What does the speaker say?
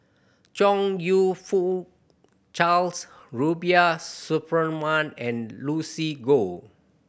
Chong You Fook Charles Rubiah Suparman and Lucy Goh